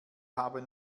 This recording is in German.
haben